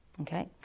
Okay